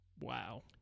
Wow